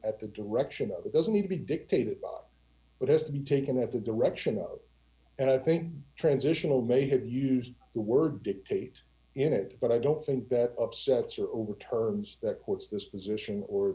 at the direction of it doesn't need to be dictated by what has to be taken at the direction of and i think transitional may have used the word dictate in it but i don't think that upsets or over terms that courts this position or